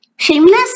Shameless